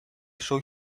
saw